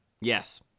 Yes